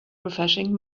refreshing